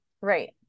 Right